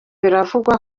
bikavugwa